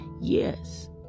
Yes